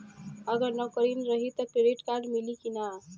अगर नौकरीन रही त क्रेडिट कार्ड मिली कि ना?